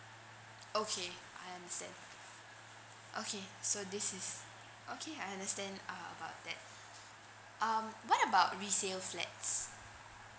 okay I understand okay so this is okay I understand err about that um what about resale flats